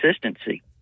consistency